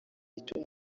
icyo